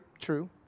true